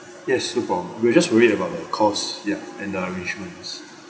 yes we were just worried about the cost ya and the arrangements